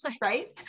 Right